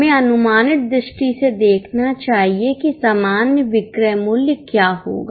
हमें अनुमानित दृष्टि से देखना चाहिए कि सामान्य विक्रय मूल्य क्या होगा